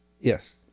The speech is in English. Yes